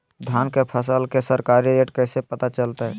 धान के फसल के सरकारी रेट कैसे पता चलताय?